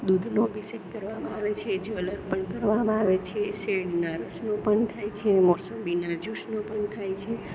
દૂધનો અભિષેક કરવામાં આવે છે જ્વેલર પણ કરવામાં આવે છે શેરડીના રસનું પણ થાય છે મોસંબીના જયુસનું પણ થાય છે